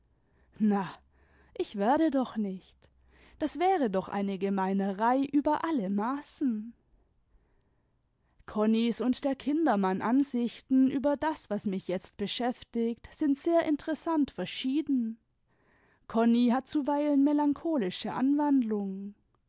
na ich werde doch nicht das wäre doch eine gemeinerei über alle maßen konnis und der kindermann ansichten über das was mich jetzt beschäftigt sind sehr interessant verschieden konni hat zuweilen melancholische anwandlungen